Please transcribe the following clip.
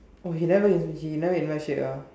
oh he never he never invite straight ah